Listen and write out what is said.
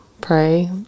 pray